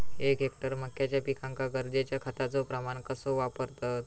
एक हेक्टर मक्याच्या पिकांका गरजेच्या खतांचो प्रमाण कसो वापरतत?